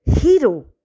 Hero